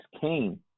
came